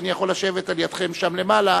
כי אני יכול לשבת על-ידכם שם למעלה